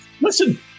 Listen